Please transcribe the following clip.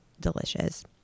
delicious